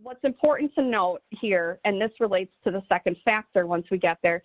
what's important to know here and this relates to the nd factor once we get there